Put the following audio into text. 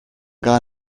gar